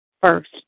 first